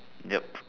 yup